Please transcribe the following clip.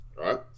right